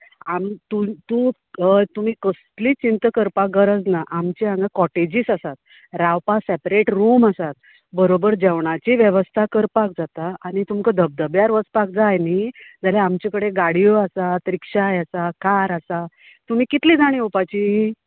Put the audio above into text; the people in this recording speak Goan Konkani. आमी तूं तूं हय तुमी कसलीच चिंता करपाक गरज ना आमचे हांगां काॅटेजीस आसात रावपा सेपरेट रूम आसात बरोबर जेवणाची वेवस्था करपाक जाता आनी तुमकां धबधब्यार वचपाक जाय न्ही जाल्यार आमचे कडेन गाडयो आसात रिक्षाय आसा कार आसा तुमी कितलीं जाण येवपाचीं